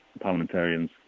parliamentarians